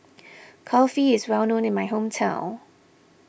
Kulfi is well known in my hometown